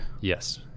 yes